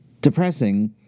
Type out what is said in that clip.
depressing